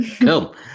Cool